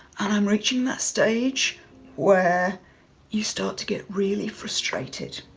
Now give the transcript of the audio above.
and i'm reaching that stage where you start to get really frustrated.